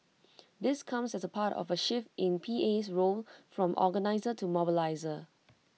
this comes as part of A shift in PA's role from organiser to mobiliser